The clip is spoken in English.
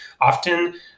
Often